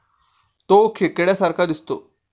तो खेकड्या सारखा दिसतो